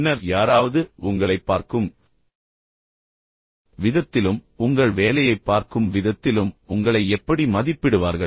பின்னர் யாராவது உங்களைப் பார்க்கும் விதத்திலும் உங்கள் வேலையைப் பார்க்கும் விதத்திலும் உங்களை எப்படி மதிப்பிடுவார்கள்